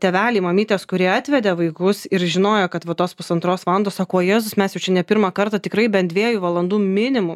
tėveliai mamytės kurie atvedė vaikus ir žinojo kad va tos pusantros valandos sako vajėzus mes jau čia ne pirmą kartą tikrai bent dviejų valandų minimum